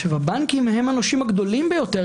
הבנקים הם הנושים הגדולים ביותר,